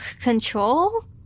control